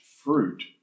fruit